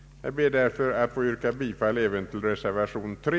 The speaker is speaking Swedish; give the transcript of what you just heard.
Jag ber att få yrka bifall även till reservation 3.